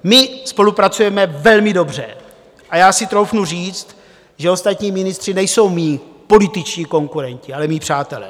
My spolupracujeme velmi dobře a já si troufnu říct, že ostatní ministři nejsou mí političtí konkurenti, ale mí přátelé.